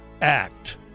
Act